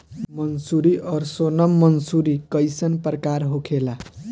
मंसूरी और सोनम मंसूरी कैसन प्रकार होखे ला?